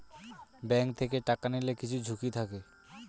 bank থেকে টাকা নিলে কিছু ঝুঁকি থাকে